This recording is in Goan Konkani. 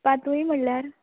पातूय म्हणल्यार